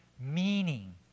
meaning